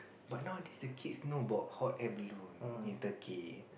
but nowadays the kids know about hot air balloon in Turkey